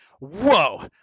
whoa